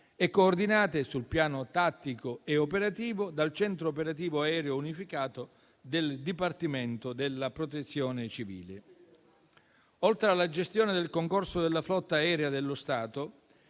e coordinate, sul piano tattico e operativo, dal centro operativo aereo unificato del dipartimento della Protezione civile. Oltre alla gestione del concorso della flotta aerea dello Stato,